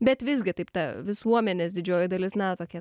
bet visgi taip ta visuomenės didžioji dalis na tokie